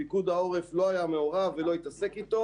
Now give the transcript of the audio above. פיקוד העורף לא היה מעורב ולא התעסק בו.